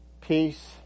peace